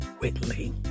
Whitley